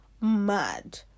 mad